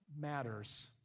matters